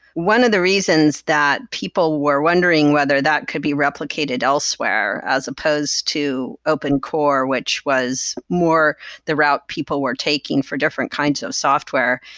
one of the reasons that people were wondering whether that could be replicated elsewhere as supposed to open core, which was more the route people were taking for different kinds of software,